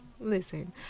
listen